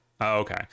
Okay